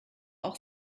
auch